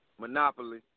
monopoly